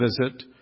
visit